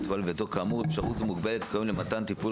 כאמור אפשרות זו מוגבלת כיום למתן טיפול